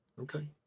Okay